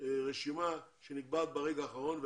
רשימה שנקבעת ברגע האחרון.